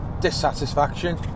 dissatisfaction